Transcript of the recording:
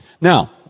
Now